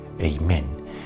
Amen